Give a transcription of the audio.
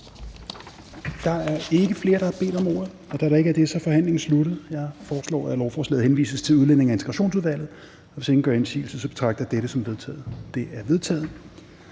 Da der ikke er flere, der har bedt om ordet, er forhandlingen sluttet. Jeg foreslår, at lovforslaget henvises til Udlændinge- og Integrationsudvalget. Hvis ingen gør indsigelse, betragter jeg dette som vedtaget. Det er vedtaget.